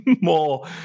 more